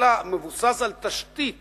אלא מבוסס על תשתית